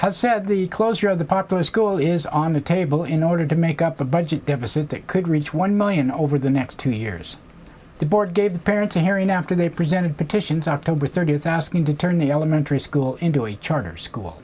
has said the closure of the popular school is on the table in order to make up a budget deficit that could reach one million over the next two years the board gave parents a herion after they presented petitions october thirtieth asking to turn the elementary school into a charter school